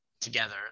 together